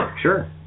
Sure